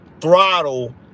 throttle